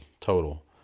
total